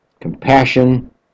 compassion